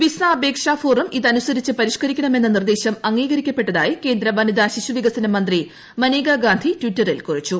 visa അപേക്ഷാപ്പ് മൂറം ഇതനുസരിച്ച് പരിഷ്ക്കരിക്കണമെന്ന നിർദ്ദേശം അ് ്ട്രീക്രിക്കപ്പെട്ടതായി കേന്ദ്ര വനിതാ ശിശു വികസന മന്ത്രി മിനേക്ക് ഗാന്ധി ട്വിറ്ററിൽ കുറിച്ചു